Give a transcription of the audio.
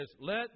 let